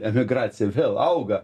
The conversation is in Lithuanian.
emigracija vėl auga